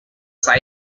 site